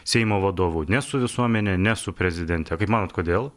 seimo vadovu ne su visuomene ne su prezidente kaip manot kodėl